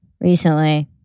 recently